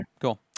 cool